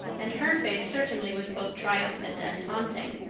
and her face certainly was both triumphant and taunting.